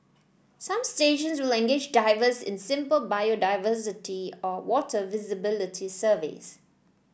some stations will engage divers in simple biodiversity or water visibility surveys